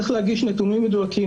צריך להגיש נתונים מדויקים,